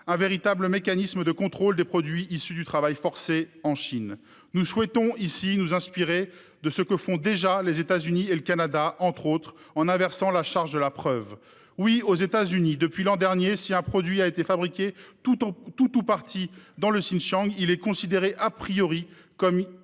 un véritable mécanisme de contrôle des produits issus du travail forcé en Chine. Nous souhaitons ici nous inspirer de ce que font déjà les États-Unis et le Canada, entre autres États, en inversant la charge de la preuve. Oui, aux États-Unis, depuis l'an dernier, si un produit a été fabriqué, en tout ou partie, dans le Xinjiang, il est considéré comme issu